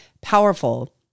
powerful